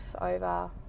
over